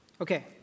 Okay